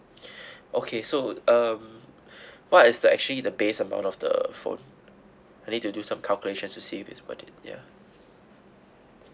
okay so um what is the actually the base amount of the phone I need to do some calculations to see if it's worth it ya